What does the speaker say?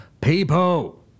people